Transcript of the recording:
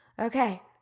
Okay